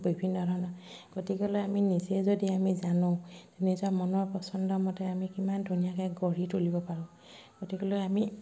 বিভিন্ন ধৰণৰ গতিকেলৈ আমি নিজে যদি আমি জানো নিজৰ মনৰ পচন্দৰ মতে আমি কিমান ধুনীয়াকৈ গঢ়ি তুলিব পাৰোঁ গতিকেলৈ আমি